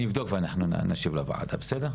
אני אבדות את הנושא ואנחנו נשיב לוועדה, בסדר?